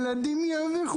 ילדים ירוויחו,